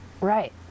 Right